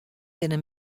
binne